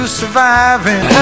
surviving